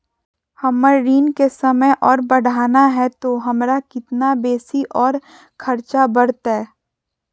हमर ऋण के समय और बढ़ाना है तो हमरा कितना बेसी और खर्चा बड़तैय?